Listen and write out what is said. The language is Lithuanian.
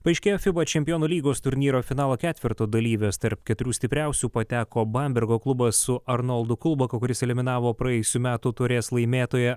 paaiškėjo fiba čempionų lygos turnyro finalo ketverto dalyvės tarp keturių stipriausių pateko bambergo klubas su arnoldu kulboku kuris eliminavo praėjusių metų taurės laimėtoją